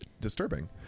disturbing